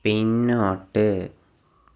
പിന്നോട്ട്